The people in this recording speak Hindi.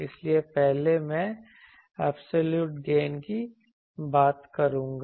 इसलिए पहले मैं ऐबसोल्यूट गेन की बात करूंगा